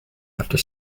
after